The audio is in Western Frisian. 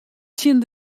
tsjin